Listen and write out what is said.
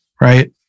right